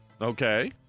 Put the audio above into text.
Okay